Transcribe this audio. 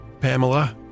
pamela